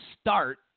start